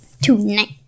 Tonight